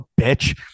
bitch